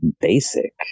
basic